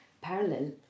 parallel